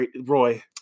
Roy